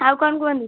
ଆଉ କଣ କୁହନ୍ତୁ